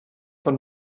von